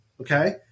okay